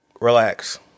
relax